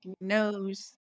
knows